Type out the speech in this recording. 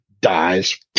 dies